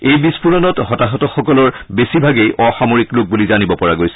এই বিস্ফোৰণত হতাহতসকলৰ বেছিভাগেই অসামৰিক লোক বুলি জানিব পৰা হৈছে